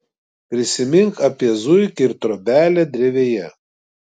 prisimink apie zuikį ir trobelę drevėje